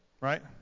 Right